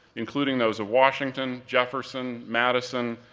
including those of washington, jefferson, madison,